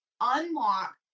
unlock